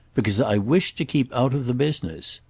because i wish to keep out of the business.